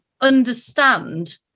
understand